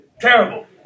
Terrible